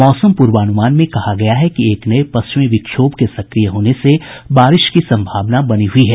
मौसम पूर्वानुमान में कहा गया है कि एक नये पश्चिमी विक्षोभ के सक्रिय होने से बारिश की सम्भावना बनी हुई है